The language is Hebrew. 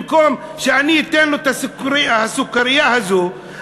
במקום שאני אתן לו את הסוכרייה הזאת,